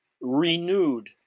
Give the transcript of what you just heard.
renewed